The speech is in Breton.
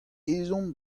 ezhomm